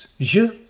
je